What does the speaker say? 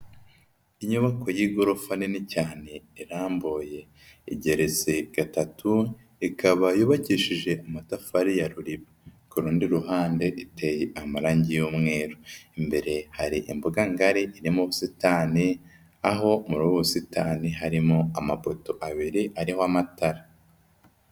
Inyubako y'igorofa nini cyane, iramboye. Igeretse gatatu, ikaba yubakishije amatafari ya Ruriba. Ku rundi ruhande, iteye amarange y'umweru. Imbere hari imbuga ngari irimo ubusitani, aho muri ubu busitani, harimo amapoto abiri ariho amatara.